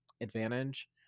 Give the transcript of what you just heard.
advantage